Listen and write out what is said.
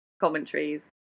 commentaries